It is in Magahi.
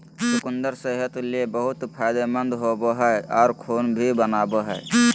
चुकंदर सेहत ले बहुत फायदेमंद होवो हय आर खून भी बनावय हय